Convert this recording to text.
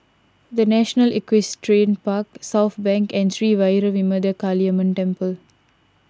the National Equestrian Park Southbank and Sri Vairavimada Kaliamman Temple